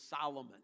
Solomon